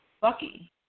Bucky